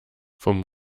vom